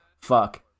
fuck